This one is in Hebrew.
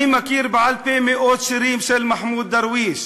אני מכיר בעל-פה מאות שירים של מחמוד דרוויש,